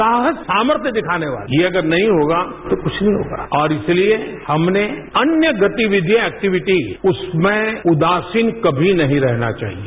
साहस सामर्थ दिखाने वाला है ये अगर नहीं होगा तो कुछ नहीं होगा और इसलिए हमनें अन्य गतिविधियां एक्टीविटी उसमें उदासीन कभी नहीं रहना चाहिए